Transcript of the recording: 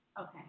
Okay